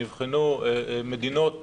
נבחנו מדינות ספורות.